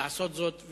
לעשות זאת.